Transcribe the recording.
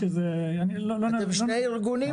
אתם שני ארגונים?